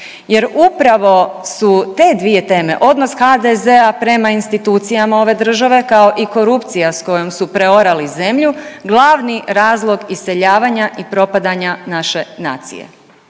jer upravo su te dvije teme, odnos HDZ-a prema institucijama ove države kao i korupcija s kojom su preorali zemlju glavni razlog iseljavanja i propadanja naše nacije.